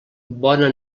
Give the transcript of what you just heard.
bona